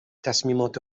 تصمیمات